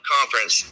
Conference